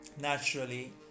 naturally